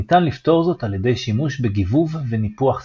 ניתן לפתור זאת על ידי שימוש בגיבוב ו"ניפוח סיסמה.